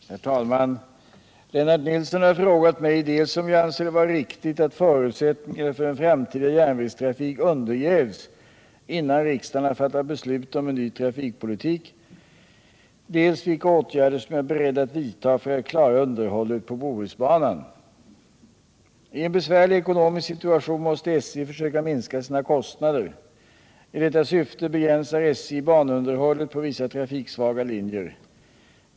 Herr talman! Lennart Nilsson har frågat mig dels om jag anser det vara riktigt att förutsättningarna för en framtida järnvägstrafik undergrävs innan riksdagen har fattat beslut om en ny trafikpolitik, dels vilka åtgärder som jag är beredd att vidta för att klara underhållet på Bohusbanan. I en besvärlig ekonomisk situation måste SJ försöka minska sina kostnader. I detta syfte begränsar SJ banunderhållet på vissa trafiksvaga linjer.